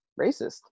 racist